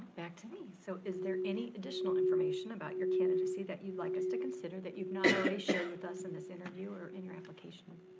back to me. so is there any additional information about your candidacy that you'd like us to consider that you've not already shared with us in this interview or in your application?